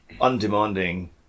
undemanding